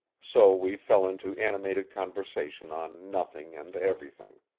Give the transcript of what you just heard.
so we fell into animated conversation on nothing and everything.